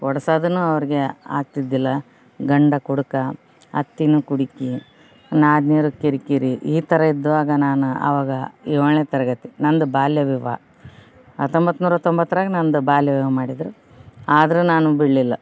ಕೊಡ್ಸಾದನು ಅವರಿಗೆ ಆಗ್ತಿದ್ದಿಲ್ಲ ಗಂಡ ಕುಡ್ಕ ಅತ್ತಿನೂ ಕುಡ್ಕಿ ನಾದ್ನಿಯರು ಕಿರಿ ಕಿರಿ ಈ ಥರ ಇದ್ದಾಗ ನಾನು ಆವಾಗ ಏಳನೇ ತರಗತಿ ನಂದು ಬಾಲ್ಯವಿವಾಹ ಹತ್ತೊಂಬತ್ನೂರ ತೊಂಬತ್ತರಾಗ ನಂದು ಬಾಲ್ಯವಿವಾಹ ಮಾಡಿದ್ರು ಆದರೂ ನಾನು ಬಿಡಲಿಲ್ಲ